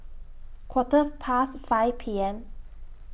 Quarter Past five P M